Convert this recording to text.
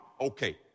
Okay